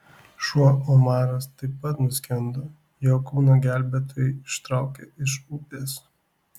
šuo omaras taip pat nuskendo jo kūną gelbėtojai ištraukė iš upės